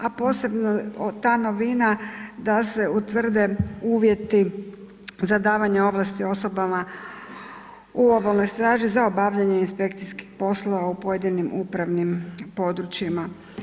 A posebno ta novina da se utvrde uvjeti za davanje ovlasti osobama u obalnoj straži za obavljanje inspekcijskih poslova u pojedinim upravnim područjima.